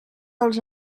els